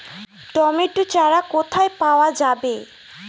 Tomato চারা কোথায় পাওয়া যাবে?